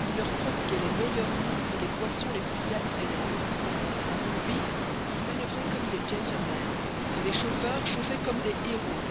il leur prodiguait les meilleurs noms et les boissons les plus attrayantes pour lui ils manoeuvraient comme des gentlemen et les chauffeurs chauffaient comme des héros